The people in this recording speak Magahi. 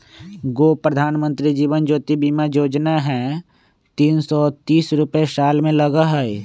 गो प्रधानमंत्री जीवन ज्योति बीमा योजना है तीन सौ तीस रुपए साल में लगहई?